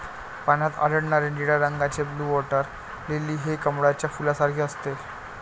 पाण्यात आढळणारे निळ्या रंगाचे ब्लू वॉटर लिली हे कमळाच्या फुलासारखे असते